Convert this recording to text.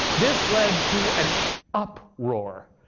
this led to an up roar.